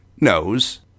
knows